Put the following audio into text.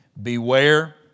Beware